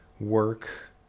work